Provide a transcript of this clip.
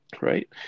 right